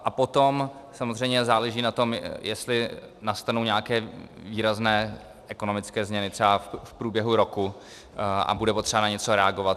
A potom samozřejmě záleží na tom, jestli nastanou nějaké výrazné ekonomické změny třeba v průběhu roku a bude potřeba na něco reagovat.